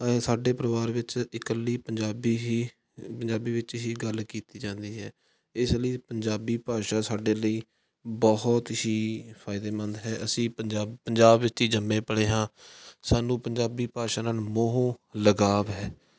ਸਾਡੇ ਪਰਿਵਾਰ ਵਿੱਚ ਇਕੱਲੀ ਪੰਜਾਬੀ ਹੀ ਪੰਜਾਬੀ ਵਿੱਚ ਹੀ ਗੱਲ ਕੀਤੀ ਜਾਂਦੀ ਹੈ ਇਸ ਲਈ ਪੰਜਾਬੀ ਭਾਸ਼ਾ ਸਾਡੇ ਲਈ ਬਹੁਤ ਹੀ ਫਾਇਦੇਮੰਦ ਹੈ ਅਸੀਂ ਪੰਜਾਬ ਪੰਜਾਬ ਵਿੱਚ ਹੀ ਜੰਮੇ ਪਲੇ ਹਾਂ ਸਾਨੂੰ ਪੰਜਾਬੀ ਭਾਸ਼ਾ ਨਾਲ ਮੋਹ ਲਗਾਉ ਹੈ